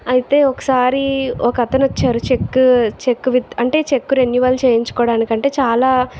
అయితే ఒకసారి ఒక అతను వచ్చారు చెక్కు చెక్ విత్ అంటే చెక్కు రెన్యువల్ చేయించుకోవడానికి అంటే చాలా